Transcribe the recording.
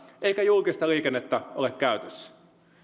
eikä julkista liikennettä ole käytössä